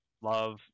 Love